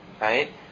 right